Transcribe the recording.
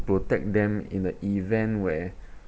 protect them in the event where